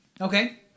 Okay